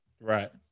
right